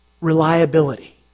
reliability